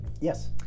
Yes